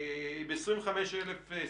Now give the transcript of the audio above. ב-25 אלף שיחות.